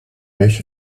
beş